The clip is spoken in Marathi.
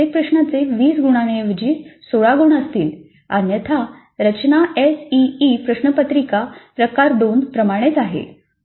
तर प्रत्येक प्रश्नाचे 20 गुणांऐवजी केवळ 16 गुण असतील अन्यथा रचना एस ई ई प्रश्नपत्रिका प्रकार दोन प्रमाणेच आहे